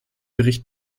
gericht